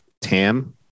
Tam